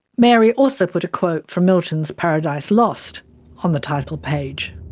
mary also put a quote from milton's paradise lost on the title page.